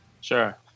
sure